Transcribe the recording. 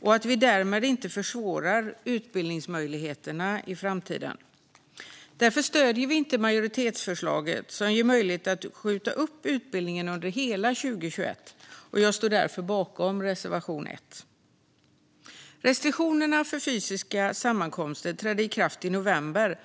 och därmed inte försvåra utbildningsmöjligheterna i framtiden. Därför stöder vi inte majoritetsförslaget, som ger möjlighet att skjuta upp utbildningen under hela 2021. Jag yrkar därför bifall till reservation 1. Restriktionerna för fysiska sammankomster trädde i kraft i november.